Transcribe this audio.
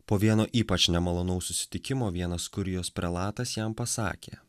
po vieno ypač nemalonaus susitikimo vienas kurijos prelatas jam pasakė